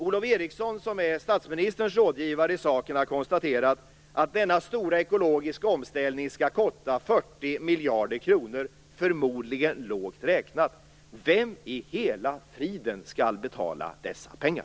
Olof Eriksson, som är statsministerns rådgivare i sakerna, har konstaterat att denna stora ekologiska omställning skall kosta 40 miljarder, förmodligen lågt räknat. Vem i hela friden skall betala dessa pengar?